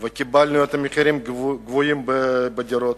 וקיבלנו את המחירים הגבוהים בדירות.